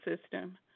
system